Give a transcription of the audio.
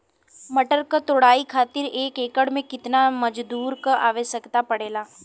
मटर क तोड़ाई खातीर एक एकड़ में कितना मजदूर क आवश्यकता पड़ेला?